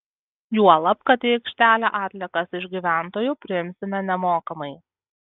juolab kad į aikštelę atliekas iš gyventojų priimsime nemokamai